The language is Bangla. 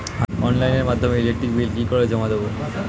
অনলাইনের মাধ্যমে ইলেকট্রিক বিল কি করে জমা দেবো?